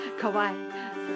kawaii